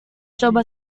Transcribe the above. coba